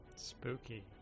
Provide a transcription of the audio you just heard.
Spooky